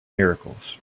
miracles